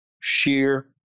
sheer